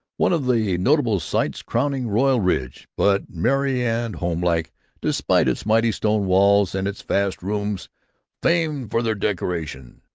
one of the notable sights crowning royal ridge, but merry and homelike despite its mighty stone walls and its vast rooms famed for their decoration,